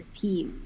team